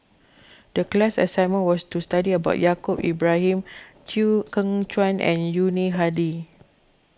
the class assignment was to study about Yaacob Ibrahim Chew Kheng Chuan and Yuni Hadi